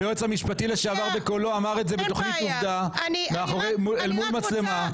היועץ המשפטי לשעבר בקולו אמר את זה בתוכנית עובדה אל מול מצלמה.